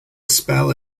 spell